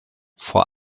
vor